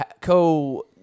co